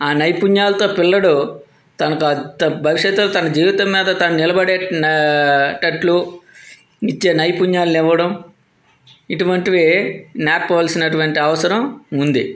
ఆ నైపుణ్యాలతో పిల్లవాడు తనకు అంత భవిష్యత్తులో తన జీవితం మీద నిలబడేటట్లు ఇచ్చే నైపుణ్యాలను ఇవ్వడం ఇటువంటివి నేర్పవలసినటువంటి అవసరం ఉంది